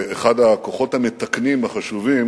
זה אחד הכוחות המתקנים החשובים